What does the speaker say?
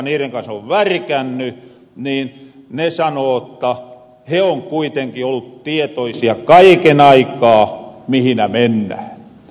sellahet asiantuntijat jotka niiren kanssa on värkänny sanoo notta he on kuitenki ollu tietoisia kaiken aikaa mihinä mennähän